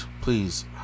please